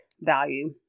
value